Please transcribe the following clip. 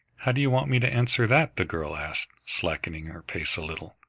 how do you want me to answer that? the girl asked, slackening her pace a little.